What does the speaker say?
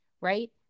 right